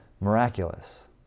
miraculous